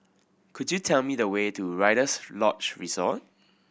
could you tell me the way to Rider's Lodge Resort